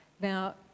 Now